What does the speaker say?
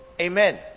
Amen